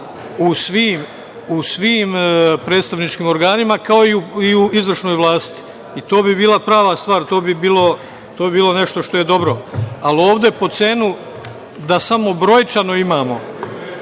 u svim predstavničkim organima, kao i u izvršnoj vlasti i to bi bila prava stvar, to bi bilo nešto što je dobro. Ali, ovde po cenu da samo brojčano imamo,